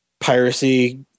piracy